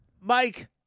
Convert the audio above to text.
Mike